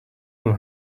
will